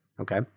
Okay